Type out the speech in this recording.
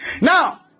Now